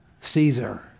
Caesar